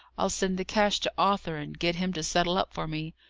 i'll send the cash to arthur, and get him to settle up for me.